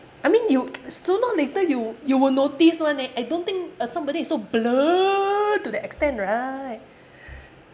I mean you sooner or later you you will notice [one] eh I don't think uh somebody is so blur to that extent right